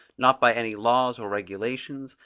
not by any laws or regulations,